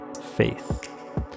faith